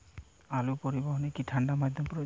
আলু পরিবহনে কি ঠাণ্ডা মাধ্যম প্রয়োজন?